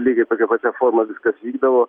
lygiai tokia pačia forma viskas vykdavo